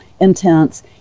intense